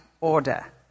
order